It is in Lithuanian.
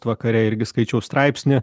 vakare irgi skaičiau straipsnį